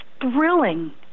thrilling